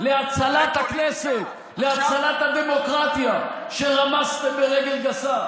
להצלת הכנסת, להצלת הדמוקרטיה שרמסתם ברגל גסה.